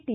T